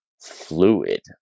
fluid